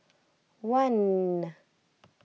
one